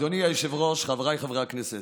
אדוני היושב-ראש, חבריי חברי הכנסת,